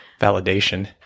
validation